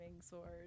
sword